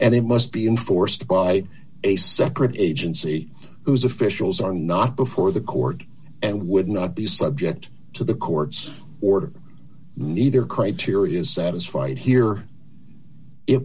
and it must be enforced by a separate agency whose officials are not before the court and would not be subject to the court's order neither criteria is satisfied here it